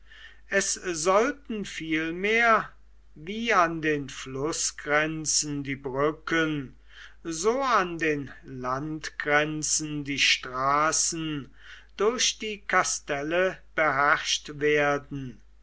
es sollten vielmehr wie an den flußgrenzen die brücken so an den landgrenzen die straßen durch die kastelle beherrscht werden